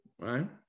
right